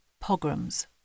pogroms